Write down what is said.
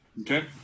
Okay